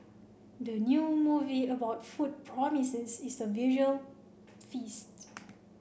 the new movie about food promises is a visual feast